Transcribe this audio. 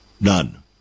None